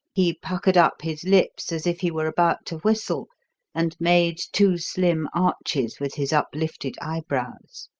he puckered up his lips as if he were about to whistle and made two slim arches with his uplifted eyebrows.